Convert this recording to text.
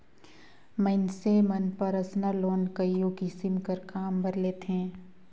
मइनसे मन personal loan कइयो किसिम कर काम बर लेथें